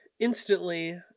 Instantly